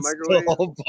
microwave